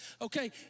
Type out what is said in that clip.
Okay